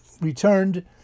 returned